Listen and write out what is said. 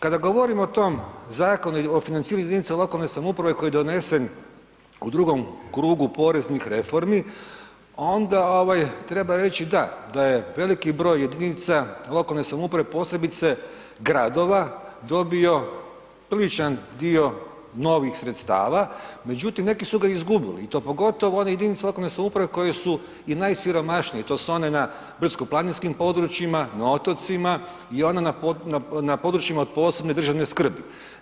Kada govorimo o tom Zakonu o financiranju jedinica lokalne samouprave koji je donesen u drugom krugu poreznih reformi onda ovaj treba reći da, da je veliki broj jedinica lokalne samouprave, posebice gradova, dobio priličan dio novih sredstava, međutim neki su ga i izgubili i to pogotovo one jedinice lokalne samouprave koje su i najsiromašnije, to su one na brdsko planinskim područjima, na otocima i one na područjima od posebne državne skrbi.